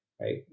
Right